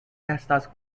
estas